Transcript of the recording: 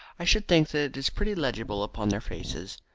i should think that is pretty legible upon their faces.